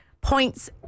points